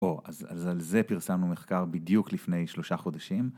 או, אז על זה פרסמנו מחקר בדיוק לפני שלושה חודשים.